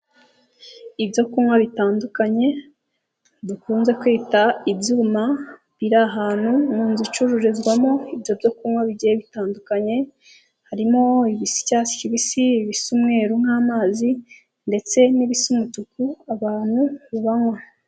Ibyo kunywa bitandukanye dukunze kwita ibyuma, biri ahantu mu nzu icururizwamo ibyo byo kunywa bigiye bitandukanye, harimo ibisa icyatsi kibisi, ibisa umweru nk'amazi ndetse n'ibisa umutuku abantu banywa.